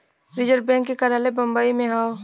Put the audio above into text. reserve bank के कार्यालय बम्बई में हौ